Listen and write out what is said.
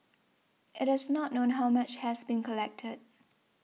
it is not known how much has been collected